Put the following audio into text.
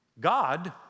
God